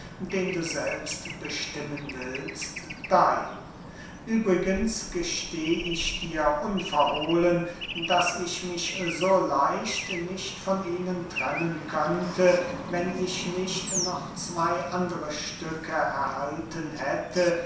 den du selbst bestimmen willst dein übrigens gesteh ich dir unverhohlen daß ich mich so leicht nicht von ihnen trennen könnte wenn ich nicht noch zwey andere stücke erhalten hätte